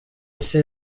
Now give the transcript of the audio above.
isi